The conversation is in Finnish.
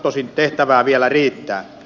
tosin tehtävää vielä riittää